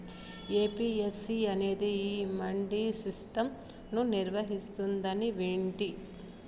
APMC అనేది ఈ mandi system ను నిర్వహిస్తాందని వింటి